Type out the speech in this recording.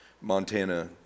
Montana